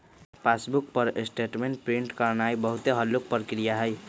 passbook पर statement print करानाइ बहुते हल्लुक प्रक्रिया हइ